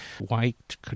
white